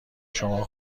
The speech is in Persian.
شما